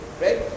right